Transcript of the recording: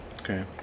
Okay